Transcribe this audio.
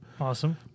Awesome